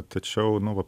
tačiau nu